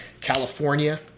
california